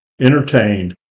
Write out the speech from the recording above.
entertained